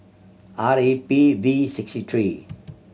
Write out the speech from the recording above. R E P V six three